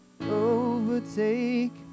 overtake